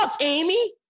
Amy